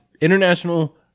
international